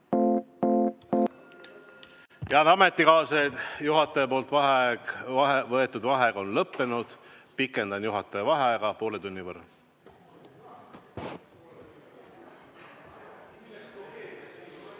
Head ametikaaslased, juhataja võetud vaheaeg on lõppenud. Pikendan juhataja vaheaega poole tunni võrra.V